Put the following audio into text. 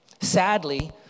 sadly